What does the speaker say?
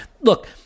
Look